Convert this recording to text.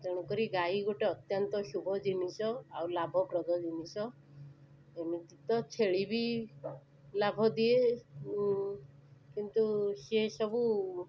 ତେଣୁ କରି ଗାଈ ଗୋଟେ ଅତ୍ୟନ୍ତ ଶୁଭ ଜିନିଷ ଆଉ ଲାଭପ୍ରଦ ଜିନିଷ ଏମିତି ତ ଛେଳି ବି ଲାଭ ଦିଏ କିନ୍ତୁ ସେସବୁ